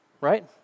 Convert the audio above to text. right